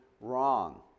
wrong